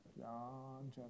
John